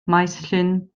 maesllyn